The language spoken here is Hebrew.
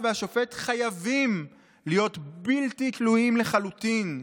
והשופט חייבים להיות בלתי תלויים לחלוטין,